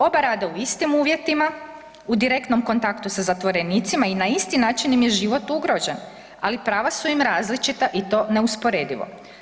Oba rade u istim uvjetima, u direktnom kontaktu sa zatvorenicima i na isti način im je život ugrožen, ali prava su im različita i to neusporedivo.